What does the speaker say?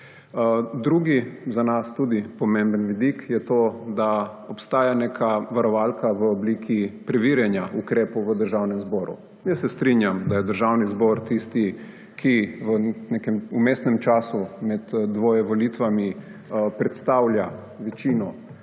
Drugi, za nas tudi pomemben, vidik je to, da obstaja neka varovalka v obliki preverjanja ukrepov v Državnem zboru. Jaz se strinjam, da je Državni zbor tisti, ki v nekem vmesnem času med dvoje volitvami predstavlja večino